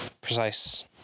precise